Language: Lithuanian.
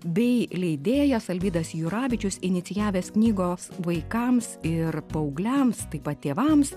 bei leidėjas alvydas juravičius inicijavęs knygos vaikams ir paaugliams taip pat tėvams